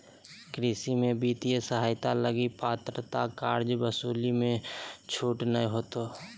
कृषि में वित्तीय सहायता लगी पात्रता कर्जा वसूली मे छूट नय होतो